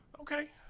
Okay